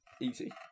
Easy